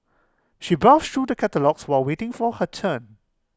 she browsed through the catalogues while waiting for her turn